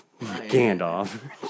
Gandalf